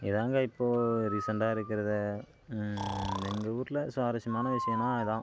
இதுதாங்க இப்போது ரீசண்டாக இருக்கிறத எங்கள் ஊரில் சுவாரஸ்யமான விஷயோன்னா இதுதான்